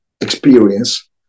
experience